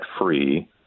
free